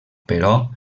però